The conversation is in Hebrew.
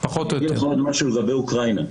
אני אגיד לך עוד משהו לגבי אוקראינה,